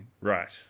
Right